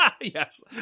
Yes